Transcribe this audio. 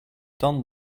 done